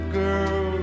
girl